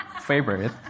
favorite